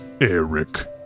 Eric